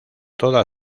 toda